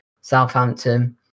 Southampton